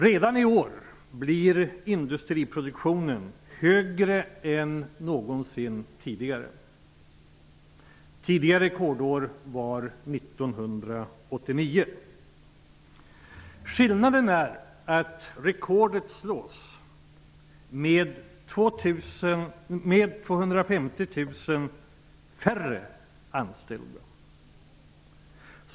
Redan i år blir industriproduktionen högre än någonsin tidigare. Det förra rekordåret var 1989. Skillnaden är att rekordet nu slås med 250 000 färre anställda.